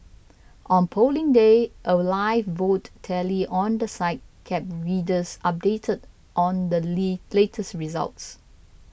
on Polling Day a live vote tally on the site kept readers updated on the latest results